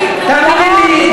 תאמיני לי,